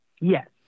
yes